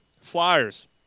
Flyers